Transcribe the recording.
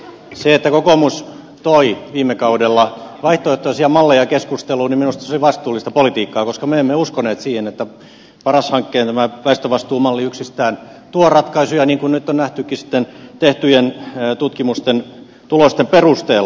se että kokoomus toi viime kaudella vaihtoehtoisia malleja keskusteluun oli minusta vastuullista politiikkaa koska me emme uskoneet siihen että tämä paras hankkeen väestövastuumalli yksistään tuo ratkaisuja niin kuin nyt on nähtykin sitten tehtyjen tutkimusten tulosten perusteella